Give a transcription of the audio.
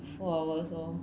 four hours lor